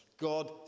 God